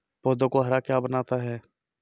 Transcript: पौधों को हरा क्या बनाता है?